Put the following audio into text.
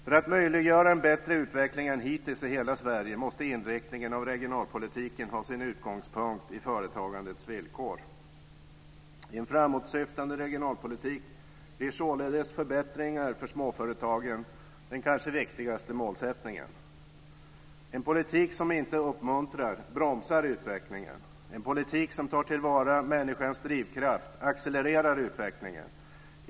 För att möjliggöra en bättre utveckling än hittills i hela Sverige måste inriktningen av regionalpolitiken ha sin utgångspunkt i företagandets villkor. I en framåtsyftande regionalpolitik blir således förbättringar för småföretagen den kanske viktigaste målsättningen. En politik som inte uppmuntrar bromsar utvecklingen. En politik som tar till vara människans drivkraft accelererar utvecklingen.